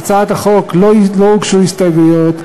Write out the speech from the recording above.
להצעת החוק לא הוגשו הסתייגויות.